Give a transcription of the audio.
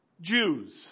Jews